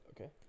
Okay